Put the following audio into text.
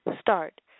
start